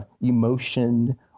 emotion